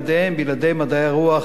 בלעדי מדעי הרוח,